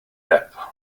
depp